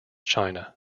china